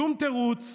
שום תירוץ,